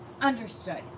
understood